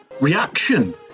reaction